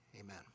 amen